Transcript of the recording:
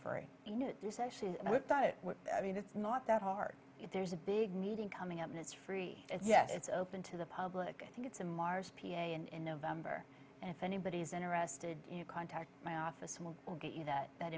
what i mean it's not that hard if there's a big meeting coming up and it's free and yet it's open to the public i think it's a mars p a a and in november and if anybody's interested you contact my office we'll get you that that